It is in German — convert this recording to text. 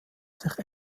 sich